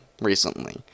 Recently